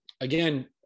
again